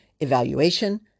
evaluation